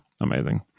amazing